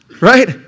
right